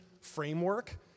framework